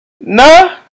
No